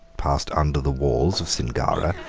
passed under the walls of singara,